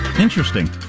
Interesting